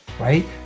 Right